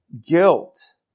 guilt